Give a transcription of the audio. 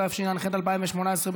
התשע"ח 2018,